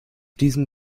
diesem